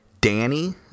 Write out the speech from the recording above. Danny